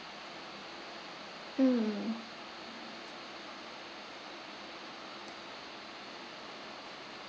mm